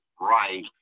right